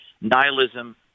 nihilism